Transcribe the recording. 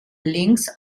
links